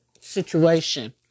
situation